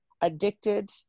addicted